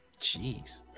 jeez